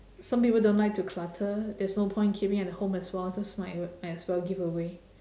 some people don't like to clutter there's no point keeping at home as well so might might as well give away